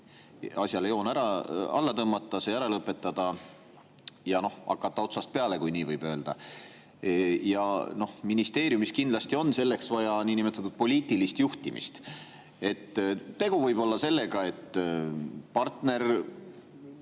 asjale joon alla tõmmata, see ära lõpetada ja hakata otsast peale, kui nii võib öelda. Ja ministeeriumis kindlasti on selleks vaja niinimetatud poliitilist juhtimist. Tegu võib olla sellega, et partner